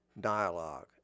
dialogue